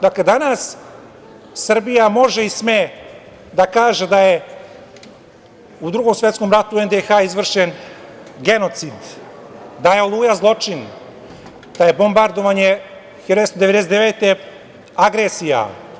Danas Srbija može i sme da kaže da je u Drugom svetskom ratu NDH izvršen genocid, da je „Oluja“ zločin, da je bombardovanje 1999. godine agresija.